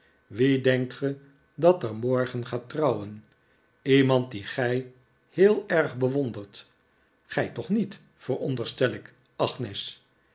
wie denkt ge dat er morgen gaat trouwen iemand die gij heel erg bewondert gij toch niet veronderstel ik agnes